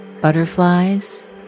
Butterflies